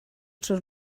tro